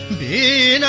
be